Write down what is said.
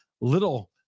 Little